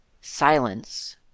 silence